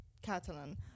catalan